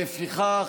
לפיכך,